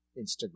Instagram